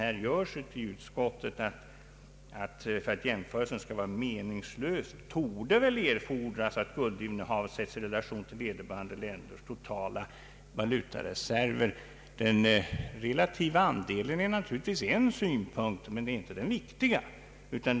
I utlåtandet sägs att det för att jämförelsen skall vara meningsfull torde erfordras att guldinnehavet sätts i relation till vederbörande länders totala valutareserver. Den relativa andelen har naturligtvis sin betydelse men är inte den viktiga delen.